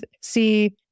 see